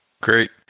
Great